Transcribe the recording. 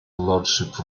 lordship